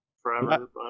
forever